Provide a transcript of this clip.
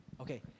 Okay